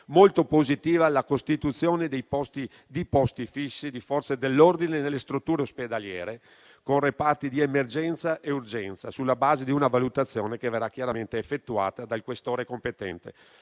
Molto positiva è la costituzione dei posti fissi di Forze dell'ordine nelle strutture ospedaliere con reparti di emergenza e urgenza, sulla base di una valutazione che verrà chiaramente effettuata dal questore competente.